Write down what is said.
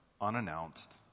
unannounced